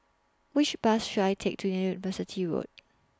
Which Bus should I Take to University Road